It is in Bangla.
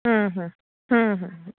হুম হুম হুম হুম হুম